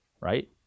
right